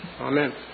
Amen